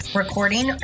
recording